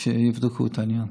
שיבדקו את העניין.